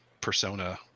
persona